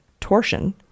torsion